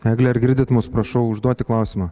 egle ar girdit mus prašau užduoti klausimą